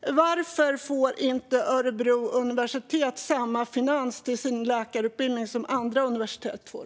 är: Varför får inte Örebro universitet samma finansiering till sin läkarutbildning som andra universitet får?